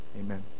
Amen